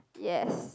yes